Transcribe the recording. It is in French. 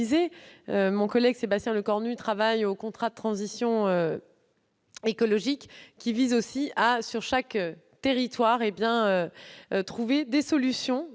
Mon collègue Sébastien Lecornu travaille au contrat de transition écologique, qui vise aussi à trouver des solutions